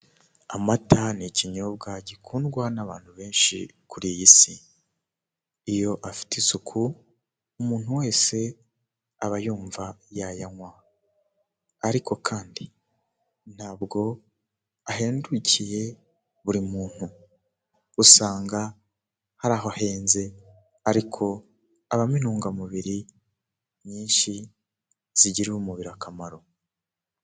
Amata ni ikinyobwa gikundwa n'abantu benshi kuri iyi si, iyo afite isuku, umuntu wese aba yumva yayanywa ariko kandi ntabwo ahendukiye buri muntu, usanga hari aho ahenze ariko abamo intungamubiri nyinshi zigirira umubiri akamaro.